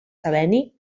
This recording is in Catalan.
seleni